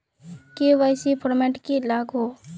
KYC format की लागोहो?